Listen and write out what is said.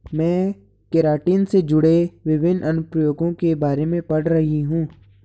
मैं केराटिन से जुड़े विभिन्न अनुप्रयोगों के बारे में पढ़ रही हूं